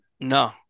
No